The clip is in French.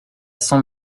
sans